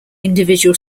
individual